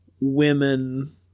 women